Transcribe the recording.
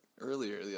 earlier